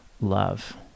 love